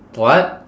what